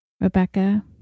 Rebecca